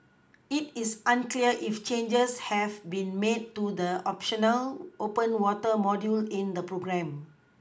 it is unclear if changes have been made to the optional open water module in the programme